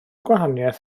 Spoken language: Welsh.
gwahaniaeth